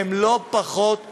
הן לא פחות מהיסטוריות.